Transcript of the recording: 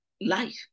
life